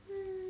hmm